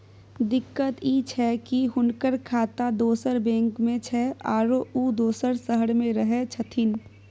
दिक्कत इ छै की हुनकर खाता दोसर बैंक में छै, आरो उ दोसर शहर में रहें छथिन